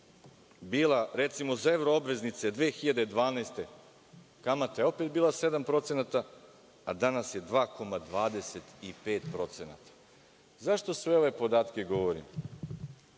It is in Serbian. koja bila za evro obveznice 2012. godine? Kamata je opet bila 7% a danas je 2,25%. Zašto sve ove podatke govorim?